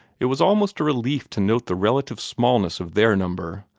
it was almost a relief to note the relative smallness of their number,